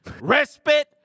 Respite